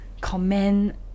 comment